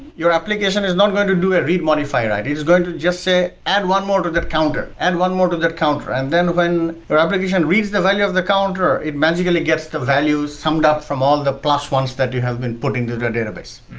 your application is not going to do a read modify. it is going to just say add one more to that counter. add one more to that counter. and then when your application reads the value of the counter, it magically gets the value summed up from all the plus ones that you have been putting to the database.